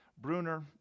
Bruner